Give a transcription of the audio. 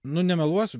nu nemeluosiu